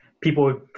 people